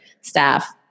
staff